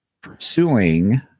pursuing